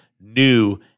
new